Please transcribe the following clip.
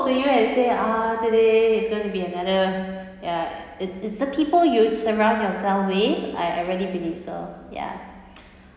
to you and say ah today is going to be another ya it it's the people you surround yourself with I I really believe so ya